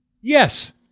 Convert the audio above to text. Yes